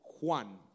Juan